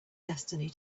destiny